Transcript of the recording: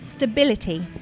stability